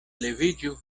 leviĝu